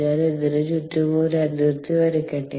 ഞാൻ ഇതിനു ചുറ്റും ഒരു അതിർത്തി വെക്കട്ടെ